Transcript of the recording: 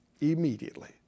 immediately